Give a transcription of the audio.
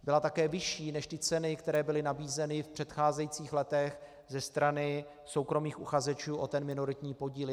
Byla také vyšší než ceny, které byly nabízeny v předcházejících letech ze strany soukromých uchazečů o minoritní podíl.